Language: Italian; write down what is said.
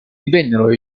divennero